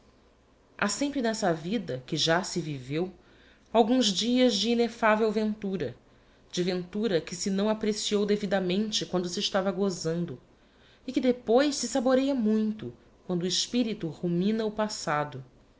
ha sempre nessa vida que já se viveu alguns dias de inellavel ventura de ventura que se não apreciou devidamente quando se estava gozando e que depois se sahorêa muito quando o espirito rumina o passado